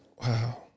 Wow